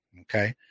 Okay